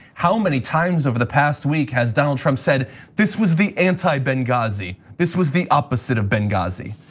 how many times over the past week has donald trump said this was the anti ben ghazi this was the opposite of ben ghazi.